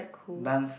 dance